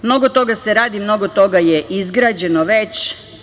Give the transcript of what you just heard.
Mnogo toga se radi, mnogo toga je izgrađeno već.